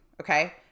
Okay